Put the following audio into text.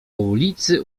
ulicy